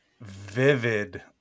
vivid